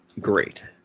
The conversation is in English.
great